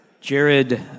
Jared